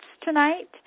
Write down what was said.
tonight